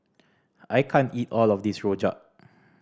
I can't eat all of this rojak